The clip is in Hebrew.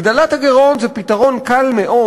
הגדלת הגירעון זה פתרון קל מאוד,